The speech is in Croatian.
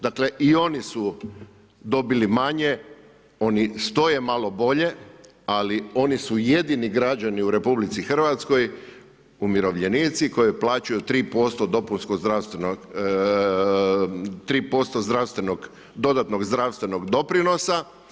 Dakle i oni su dobili manje, oni stoje malo bolje, ali oni su jedini građani u RH umirovljenici koji plaćaju 3% dopunsko zdravstveno, 3% zdravstvenog, dodatnog zdravstvenog doprinosa.